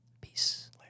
Peace